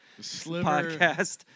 podcast